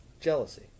jealousy